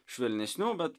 švelnesnių bet